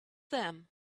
them